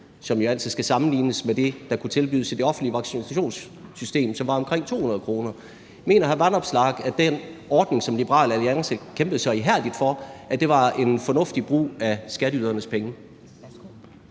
skal jo altid sammenlignes med det, der kunne tilbydes i det offentlige vaccinationssystem, som var omkring 200 kr. Mener hr. Alex Vanopslagh, at den ordning, som Liberal Alliance kæmpede så ihærdigt for, var en fornuftig brug af skatteydernes penge?